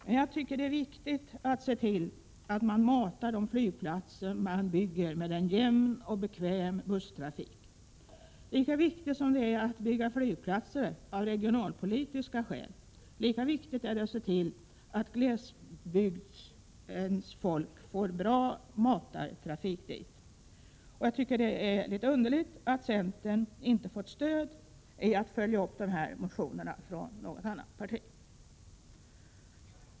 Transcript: Men jag tycker att det är viktigt att se till att de flygplatser man bygger matas med en jämn och bekväm busstrafik. Lika viktigt som det är att bygga flygplatser av regionalpolitiska skäl, lika viktigt är det att se till att glesbygdens folk får bra matartrafik till flygplatserna. Det är litet underligt att centern inte har fått stöd från något annat parti att följa upp dessa motioner.